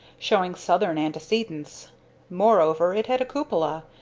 showing southern antecedents moreover, it had a cupola,